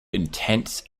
intents